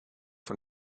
von